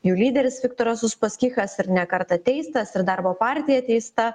jų lyderis viktoras uspaskichas ir ne kartą teistas ir darbo partija teista